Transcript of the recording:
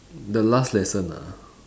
the last lesson ah